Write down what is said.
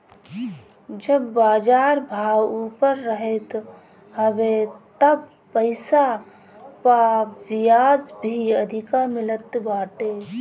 जब बाजार भाव ऊपर रहत हवे तब पईसा पअ बियाज भी अधिका मिलत बाटे